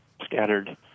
scattered